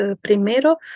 primero